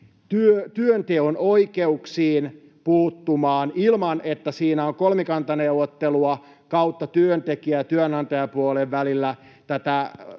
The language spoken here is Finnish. työnteon oikeuksiin puuttumaan ilman että siinä on kolmikantaneuvottelua / normatiivista neuvottelua työntekijä- ja työnantajapuolen välillä,